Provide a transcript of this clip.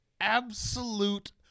absolute